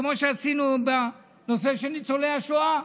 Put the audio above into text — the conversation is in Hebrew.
כמו שעשינו בנושא של ניצולי השואה.